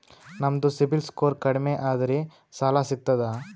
ನಮ್ದು ಸಿಬಿಲ್ ಸ್ಕೋರ್ ಕಡಿಮಿ ಅದರಿ ಸಾಲಾ ಸಿಗ್ತದ?